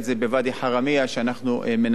שאנחנו מנסים שם לשפר את